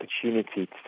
opportunity